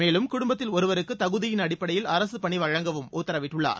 மேலும் குடும்பத்தில் ஒருவருக்கு தகுதியின் அடிப்படையில் அரசுப்பணி வழங்கவும் உத்தரவிட்டுள்ளார்